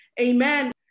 amen